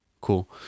cool